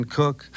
cook